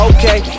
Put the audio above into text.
Okay